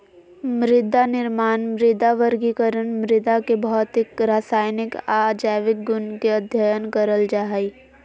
मृदानिर्माण, मृदा वर्गीकरण, मृदा के भौतिक, रसायनिक आर जैविक गुण के अध्ययन करल जा हई